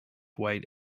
white